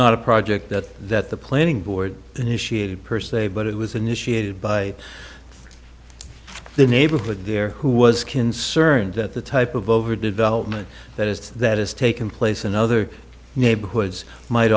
not a project that that the planning board initiated per se but it was initiated by the neighborhood there who was concerned that the type of over development that is that has taken place in other neighborhoods might